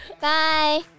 Bye